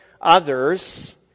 others